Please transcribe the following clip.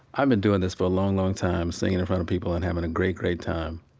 i've been doing this for a long, long time, singing in front of people and having a great, great time.